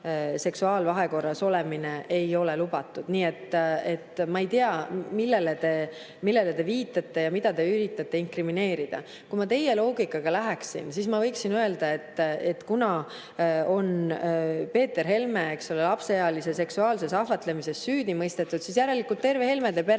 seksuaalvahekorras olemine ei ole lubatud. Nii et ma ei tea, millele te viitate ja mida te üritate inkrimineerida. Kui ma teie loogikaga kaasa läheksin, siis ma võiksin öelda, et kuna Peeter Helme on, eks ole, lapseealise seksuaalses ahvatlemises süüdi mõistetud, siis järelikult terve Helmede perekond